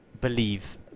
believe